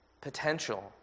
potential